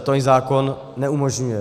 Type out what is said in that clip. To jí zákon neumožňuje.